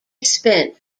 spent